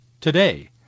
today